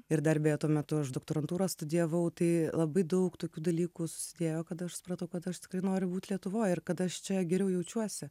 ir dar beje tuo metu aš doktorantūrą studijavau tai labai daug tokių dalykų susidėjo kad aš supratau kad aš tikrai noriu būt lietuvoj ir kad aš čia geriau jaučiuosi